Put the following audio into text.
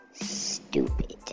stupid